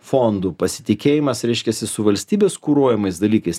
fondų pasitikėjimas reiškiasi su valstybės kuruojamais dalykais